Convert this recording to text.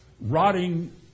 Rotting